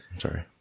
Sorry